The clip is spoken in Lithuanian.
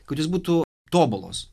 kuris jos būtų tobulos